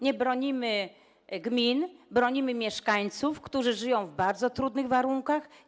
Nie bronimy gmin, bronimy mieszkańców, którzy żyją w bardzo trudnych warunkach.